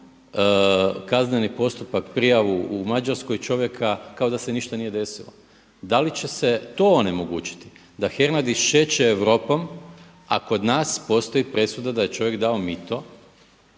kazneni postupak prijavu u Mađarskoj čovjeka kao da se ništa nije desilo. Da li će se to omogućiti da Hernadi šeće Europom, a kod nas postoji presuda da je čovjek dao mito,